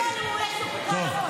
ברוך השם, הכול טוב.